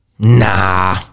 Nah